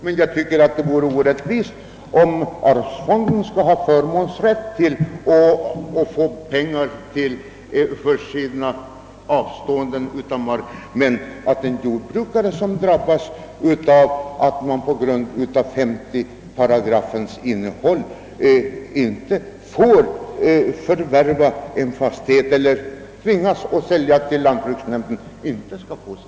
Men jag tycker att det vore orättvist om arvsfonden skall ha förmånsrätten att få pengar när den avstår från mark. En jordbrukare som drabbas av 5 § och tvingas att sälja till lantbruksnämnden får inte sina pengar. Detta är inte riktigt rätt.